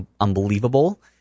unbelievable